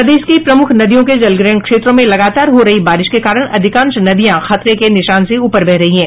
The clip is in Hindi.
प्रदेश की प्रमुख नदियों के जलग्रहण क्षेत्रों में लगातार हो रही बारिश के कारण अधिकांश नदियां खतरे के निशान से ऊपर बह रही हैं